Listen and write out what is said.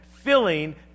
filling